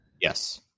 yes